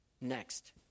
Next